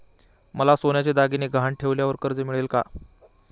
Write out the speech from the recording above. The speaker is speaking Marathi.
मला सोन्याचे दागिने गहाण ठेवल्यावर कर्ज मिळेल का?